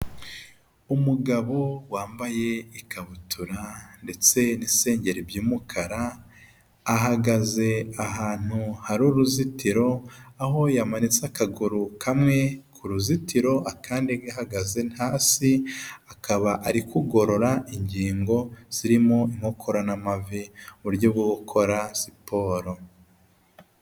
Umugabo wambaye ikabutura ndetse n'isengeri by'umukara, ahagaze ahantu hari uruzitiro, aho yamanitse akaguru kamwe ku ruzitiro akandi gahagaze hasi, akaba ari kugorora ingingo zirimo inkokorara n'amavi mu buryo bwo gukora siporo.